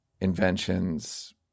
Inventions